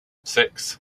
six